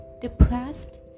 depressed